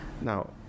Now